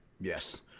yes